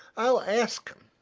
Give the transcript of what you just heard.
i'll ask him.